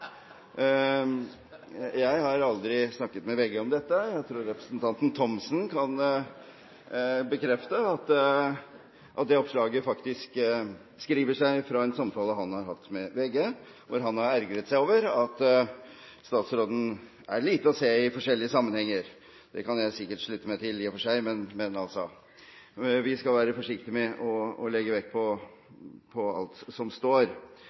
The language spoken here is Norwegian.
Jeg har aldri snakket med VG om dette. Jeg tror representanten Thomsen kan bekrefte at det oppslaget faktisk skriver seg fra en samtale han har hatt med VG, hvor han har ergret seg over at statsråden er lite å se i forskjellige sammenhenger. Det kan jeg sikkert slutte meg til i og for seg, men vi skal være forsiktig med å legge vekt på alt som står.